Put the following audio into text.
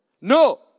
No